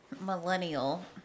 Millennial